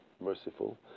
merciful